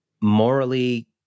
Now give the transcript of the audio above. morally